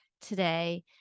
today